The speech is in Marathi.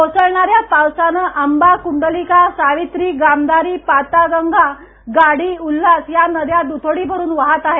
कोसळणा या पावसान आंबा कुडलिका सावित्री गांघारी पाताळगंगा गाढी उल्हास या नद्या दुथडी भरून वाहत आहेत